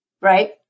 right